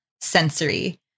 sensory